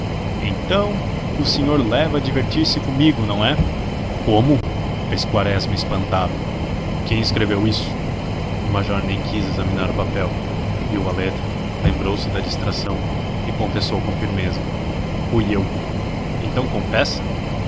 então o senhor leva a divertir-se comigo não é como fez quaresma espantado quem escreveu isso o major nem quis examinar o papel viu a letra lembrou-se da distração e confessou com firmeza fui eu então confessa